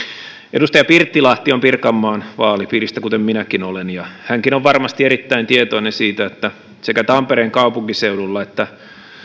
edustaja pirttilahti on pirkanmaan vaalipiiristä kuten minäkin olen ja hänkin on varmasti erittäin tietoinen siitä että sekä tampereen kaupunkiseudulla että